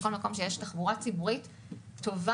בכל מקום שיש תחבורה ציבורית טובה,